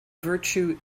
virtue